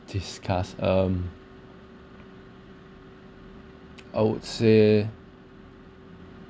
disgust um I would say